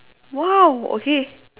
!wow! okay